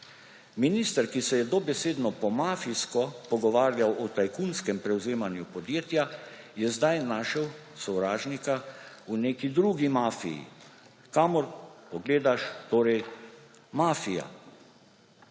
Minister, ki se je dobesedno po mafijsko pogovarjal o tajkunskem prevzemanju podjetja, je sedaj našel sovražnika v neki drugi mafiji; kamor pogledaš, torej mafija.